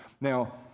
Now